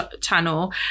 channel